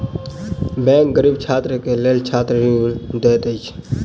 bank गरीब छात्र के लेल छात्र ऋण दैत अछि